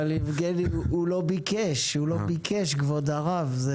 אבל יבגני הוא לא ביקש, הוא לא ביקש כבוד הרב.